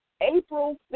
April